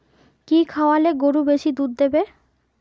কি খাওয়ালে গরু বেশি দুধ দেবে?